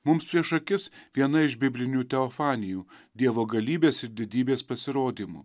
mums prieš akis viena iš biblinių teofanijų dievo galybės ir didybės pasirodymų